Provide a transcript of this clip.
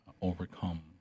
overcome